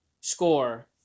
score